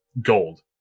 gold